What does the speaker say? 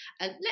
let